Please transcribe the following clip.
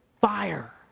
fire